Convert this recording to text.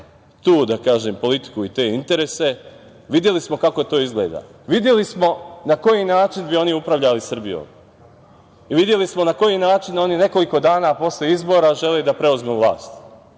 tu, da kažem, politiku i te interese. Videli smo kako to izgleda. Videli smo na koji način bi oni upravljali Srbijom. Videli smo na koji način oni nekoliko dana posle izbora žele da preuzmu vlast. Imali